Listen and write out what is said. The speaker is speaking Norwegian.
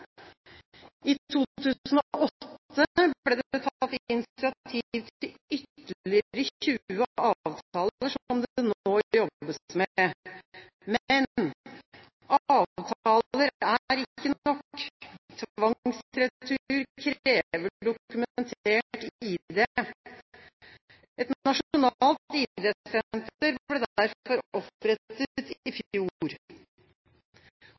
I 2008 ble det tatt initiativ til ytterligere 20 avtaler, som det nå jobbes med. Men avtaler er ikke nok. Tvangsretur krever dokumentert ID. Et nasjonalt ID-senter ble derfor opprettet